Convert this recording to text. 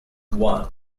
one